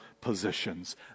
positions